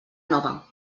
nova